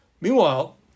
Meanwhile